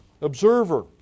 observer